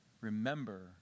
Remember